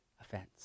offense